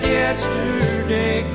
yesterday